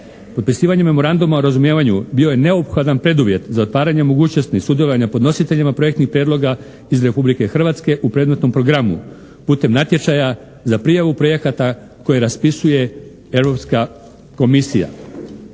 Potpisivanje Memoranduma o razumijevanju bio je neophodan preduvjet za otvaranje mogućnosti sudjelovanja podnositeljima projektnih prijedloga iz Republike Hrvatske u predmetnom programu, putem natječaja, za prijavu projekata koje raspisuje Europska komisija.